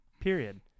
Period